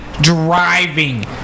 driving